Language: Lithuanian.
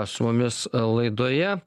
su mumis laidoje